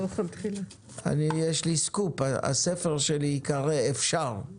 אני יש לי סקופ, הספר שלי ייקרא "אפשר".